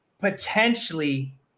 potentially